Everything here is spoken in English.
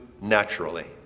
naturally